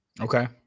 Okay